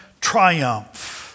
triumph